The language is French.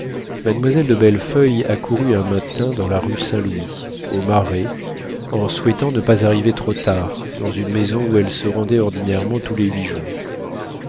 mademoiselle de bellefeuille accourut un matin dans la rue saint-louis au marais en souhaitant ne pas arriver trop tard dans une maison où elle se rendait ordinairement tous les huit jours